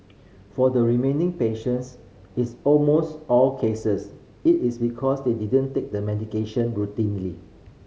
for the remaining patients is almost all cases it is because they didn't take the medication routinely